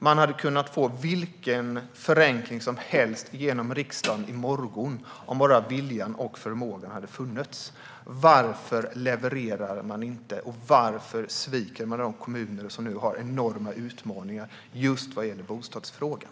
Man hade kunnat få igenom vilken förenkling som helst i riksdagen, redan i morgon, om bara viljan och förmågan hade funnits. Varför levererar man inte, och varför sviker man de kommuner som nu har enorma utmaningar just vad gäller bostadsfrågan?